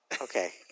Okay